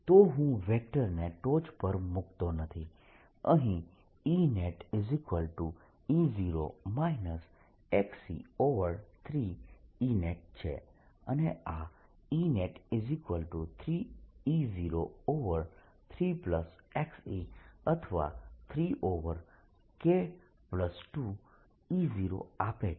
તો હું વેક્ટરને ટોચ પર મૂકતો નથી અહીં EnetE0 e3Enet છે અને આ Enet3E03e અથવા 3K2E0 આપે છે